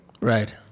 right